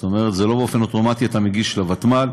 זאת אומרת, זה לא באופן אוטומטי אתה מגיש לוותמ"ל.